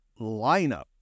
lineup